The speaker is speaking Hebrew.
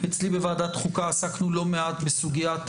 אצלי בוועדת חוקה עסקנו לא מעט בסוגיית